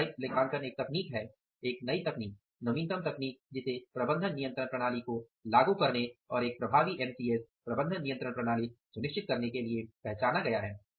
उत्तरदायित्व लेखांकन एक तकनीक है एक नई तकनीक नवीनतम तकनीक जिसे प्रबंधन नियंत्रण प्रणाली को लागू करने और एक प्रभावी एमसीएस प्रबंधन नियंत्रण प्रणाली सुनिश्चित करने के लिए पहचाना गया है